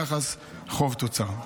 יחס חוב תוצר.